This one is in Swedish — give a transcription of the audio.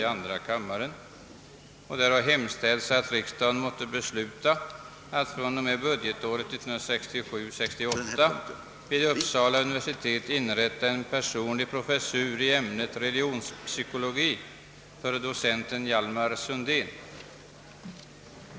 I dessa motioner har hemställts att riksdagen måtte besluta att fr.o.m. budgetåret 1967/68 vid Uppsala universitet inrätta en personlig professur i ämnet religionspsykologi för docenten Hjalmar Sundén.